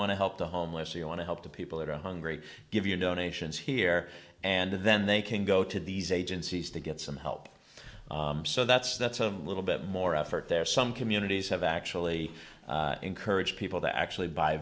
want to help the homeless or you want to help the people that are hungry give you donations here and then they can go to these agencies to get some help so that's that's a little bit more effort there some communities have actually encouraged people to actually buy